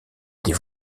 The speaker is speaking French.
des